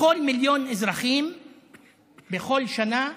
לכל מיליון אזרחים בכל שנה,